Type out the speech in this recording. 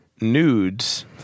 nudes